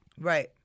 Right